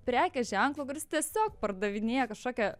prekės ženklo kuris tiesiog pardavinėja kažkokią